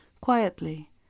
quietly